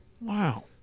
Wow